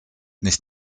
nicht